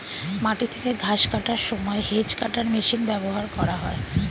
মাটি থেকে ঘাস কাটার সময় হেজ্ কাটার মেশিন ব্যবহার করা হয়